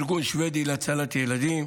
ארגון שבדי להצלת ילדים,